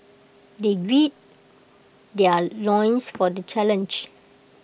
they gird their loins for the challenge